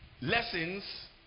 lessons